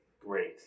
great